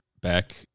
back